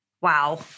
Wow